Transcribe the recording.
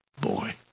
boy